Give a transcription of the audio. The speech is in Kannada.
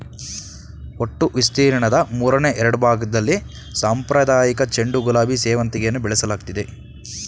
ಒಟ್ಟು ವಿಸ್ತೀರ್ಣದ ಮೂರನೆ ಎರಡ್ಭಾಗ್ದಲ್ಲಿ ಸಾಂಪ್ರದಾಯಿಕ ಚೆಂಡು ಗುಲಾಬಿ ಸೇವಂತಿಗೆಯನ್ನು ಬೆಳೆಸಲಾಗ್ತಿದೆ